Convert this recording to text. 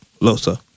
Losa